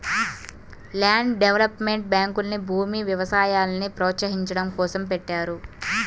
land development బ్యాంకుల్ని భూమి, వ్యవసాయాల్ని ప్రోత్సహించడం కోసం పెట్టారు